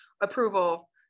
approval